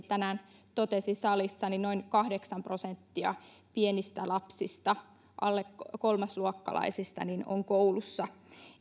tänään totesi salissa noin kahdeksan prosenttia pienistä lapsista alle kolmasluokkalaisista on koulussa